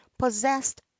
possessed